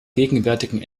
gegenwärtigen